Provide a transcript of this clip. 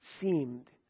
seemed